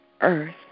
earth